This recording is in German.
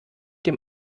dem